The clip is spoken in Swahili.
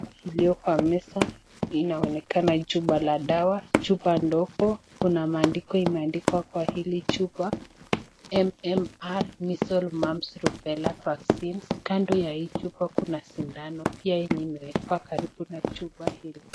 ilio kwa meza inaonekana chupa la dawa, chupa ndogo. Kuna maandiko imeandikwa kwa hili chupa, MMR Measles Mumps Rubella Vaccines . Kando ya hii chupa kuna sindano pia yenye imewekwa karibu na chupa hilo.